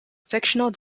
fictional